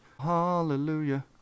hallelujah